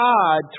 God